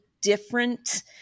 different